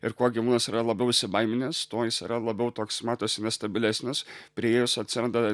ir kuo gyvūnas yra labiau įsibaiminęs tuo jis yra labiau toks matosi nestabilesnis priėjus atsiranda